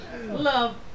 love